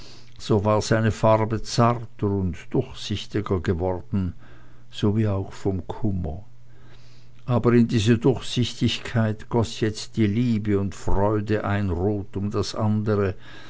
so war seine farbe zarter und durchsichtiger geworden sowie auch vom kummer aber in diese durchsichtigkeit goß jetzt die liebe und die freude ein rot um das andere